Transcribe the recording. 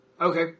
Okay